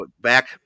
back